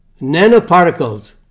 Nanoparticles